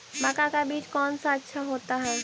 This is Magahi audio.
मक्का का बीज कौन सा अच्छा होता है?